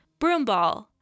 broomball